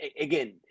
again